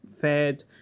fed